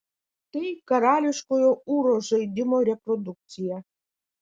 tai karališkojo ūro žaidimo reprodukcija